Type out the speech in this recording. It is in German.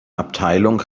abteilung